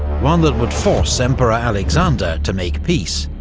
one that would force emperor alexander to make peace,